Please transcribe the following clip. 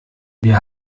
wir